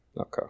Okay